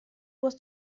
was